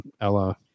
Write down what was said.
Ella